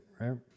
right